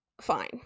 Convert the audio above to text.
fine